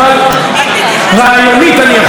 תתייחס באופן עקרוני לפרופ'